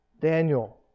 Daniel